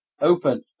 open